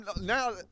Now